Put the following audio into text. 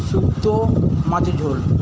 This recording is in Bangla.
শুক্তো মাছের ঝোল